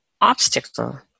obstacle